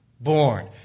born